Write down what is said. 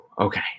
Okay